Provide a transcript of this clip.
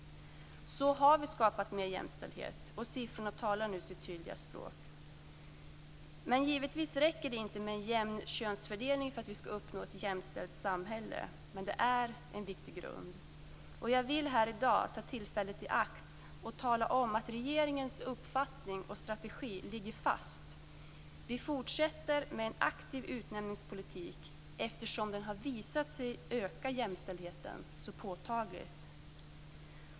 Så har vi skapat mer jämställdhet. Siffrorna talar nu sitt tydliga språk. Givetvis räcker det inte med en jämn könsfördelning för att uppnå ett jämställt samhälle. Det är en viktig grund. Jag vill i dag ta tillfället i akt att tala om att regeringens uppfattning och strategi ligger fast. Vi fortsätter med en aktiv utnämningspolitik. Den har visat sig öka jämställdheten så påtagligt.